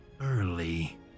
early